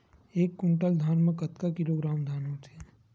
एक कुंटल धान में कतका किलोग्राम धान होथे?